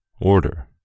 order